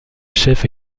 chef